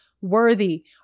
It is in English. worthy